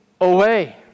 away